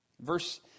verse